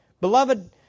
Beloved